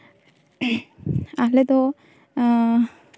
ᱟᱞᱮ ᱫᱚ